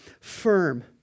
firm